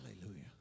Hallelujah